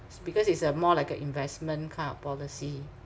it's because it's a more like a investment kind of policy